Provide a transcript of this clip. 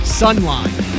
sunline